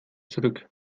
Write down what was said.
zurück